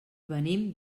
venim